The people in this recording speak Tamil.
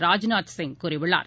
ராஜ்நாத் சிங் கூறியுள்ளார்